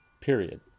period